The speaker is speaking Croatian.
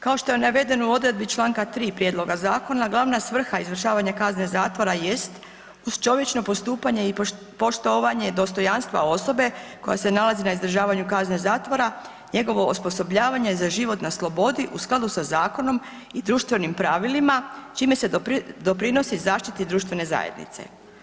Kao što je navedeno u odredbi članka 3. prijedloga zakona, glavna svrha izvršavanja kazne zatvora jest uz čovječno postupanje i poštovanje dostojanstva osobe koja se nalazi na izdržavanju kazne zatvora, njegovo osposobljavanje za život na slobodi u skladu sa zakonom i društvenim pravilima čime se doprinosi zaštiti društvene zajednice.